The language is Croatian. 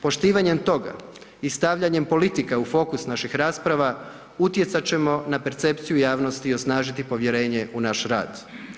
Poštivanjem toga i stavljanjem politika u fokus naših rasprava, utjecat ćemo na percepciju javnosti i osnažiti povjerenje u naš rad.